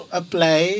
apply